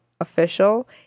official